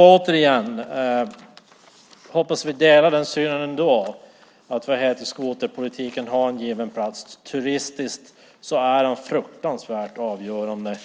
Återigen hoppas jag att vi delar synen att skoterpolitiken har en given plats. Turistiskt är den fruktansvärt avgörande.